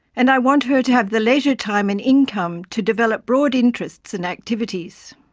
and i want her to have the leisure time and income to develop broad interests and activities.